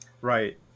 Right